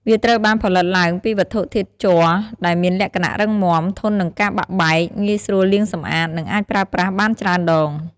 វាត្រូវបានផលិតឡើងពីវត្ថុធាតុជ័រដែលមានលក្ខណៈរឹងមាំ ធន់នឹងការបាក់បែក ងាយស្រួលលាងសម្អាត និងអាចប្រើប្រាស់បានច្រើនដង។